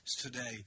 today